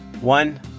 One